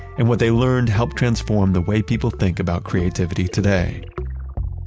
and what they learned helped transform the way people think about creativity today.